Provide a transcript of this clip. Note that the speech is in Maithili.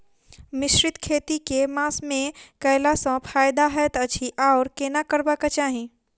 मिश्रित खेती केँ मास मे कैला सँ फायदा हएत अछि आओर केना करबाक चाहि?